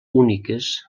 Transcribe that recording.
úniques